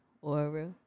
aura